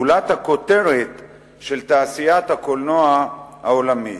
גולת הכותרת של תעשיית הקולנוע העולמית.